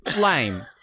lame